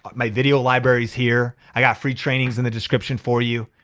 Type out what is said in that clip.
my video library is here. i got free trainings in the description for you.